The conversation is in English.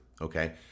Okay